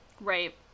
Right